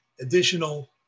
additional